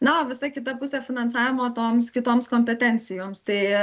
na o visa kita pusė finansavimo toms kitoms kompetencijoms tai